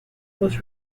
was